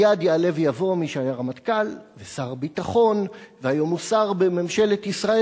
מייד יעלה ויבוא מי שהיה רמטכ"ל ושר ביטחון והיום הוא שר בממשלת ישראל.